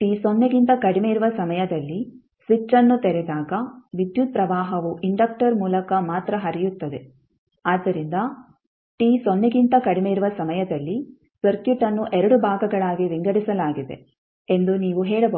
t ಸೊನ್ನೆಗಿಂತ ಕಡಿಮೆ ಇರುವ ಸಮಯದಲ್ಲಿ ಸ್ವಿಚ್ಅನ್ನು ತೆರೆದಾಗ ವಿದ್ಯುತ್ ಪ್ರವಾಹವು ಇಂಡಕ್ಟರ್ ಮೂಲಕ ಮಾತ್ರ ಹರಿಯುತ್ತದೆ ಆದ್ದರಿಂದ t ಸೊನ್ನೆಗಿಂತ ಕಡಿಮೆ ಇರುವ ಸಮಯದಲ್ಲಿ ಸರ್ಕ್ಯೂಟ್ ಅನ್ನು 2 ಭಾಗಗಳಾಗಿ ವಿಂಗಡಿಸಲಾಗಿದೆ ಎಂದು ನೀವು ಹೇಳಬಹುದು